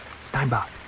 Steinbach